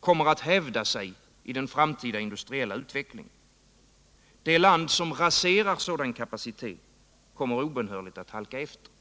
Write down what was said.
kommer att hävda sig i den framtida industriella utvecklingen. Det land som raserar sådan kapacitet kommer obönhörligt att halka efter.